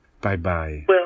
Bye-bye